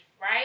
right